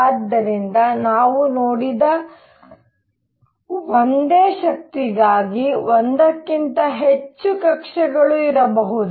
ಆದ್ದರಿಂದ ನಾವು ನೋಡಿದ ಒಂದೇ ಶಕ್ತಿಗಾಗಿ ಒಂದಕ್ಕಿಂತ ಹೆಚ್ಚು ಕಕ್ಷೆಗಳು ಇರಬಹುದು